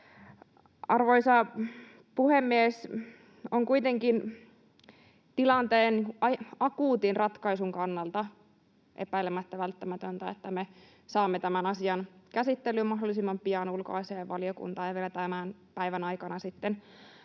Arvoisa puhemies! On kuitenkin tilanteen akuutin ratkaisun kannalta epäilemättä välttämätöntä, että me saamme tämän asian mahdollisimman pian käsittelyyn ulkoasiainvaliokuntaan ja vielä tämän päivän aikana sitten